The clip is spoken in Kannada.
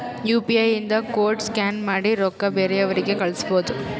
ಯು ಪಿ ಐ ಇಂದ ಕೋಡ್ ಸ್ಕ್ಯಾನ್ ಮಾಡಿ ರೊಕ್ಕಾ ಬೇರೆಯವ್ರಿಗಿ ಕಳುಸ್ಬೋದ್